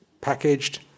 packaged